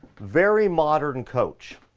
very modern coach.